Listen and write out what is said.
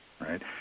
right